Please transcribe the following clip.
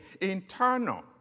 internal